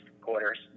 quarters